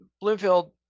Bloomfield